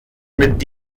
mit